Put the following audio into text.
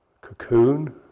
cocoon